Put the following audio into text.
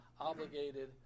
obligated